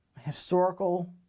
historical